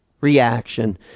reaction